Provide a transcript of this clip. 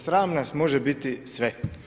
Sram nas može biti sve.